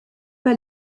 pas